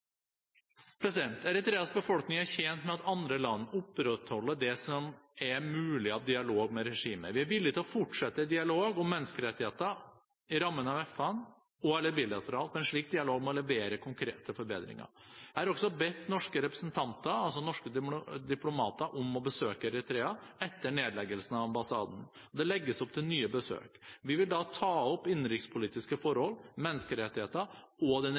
Eritreas befolkning er tjent med at andre land opprettholder det som er mulig av dialog med regimet. Vi er villig til å fortsette en dialog om menneskerettigheter – i rammen av FN og/eller bilateralt – og om å levere konkrete forbedringer. Jeg har også bedt norske diplomater om å besøke Eritrea etter nedleggelsen av ambassaden. Det legges opp til nye besøk. Vi vil da ta opp innenrikspolitiske forhold, menneskerettigheter og den